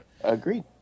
Agreed